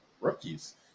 rookies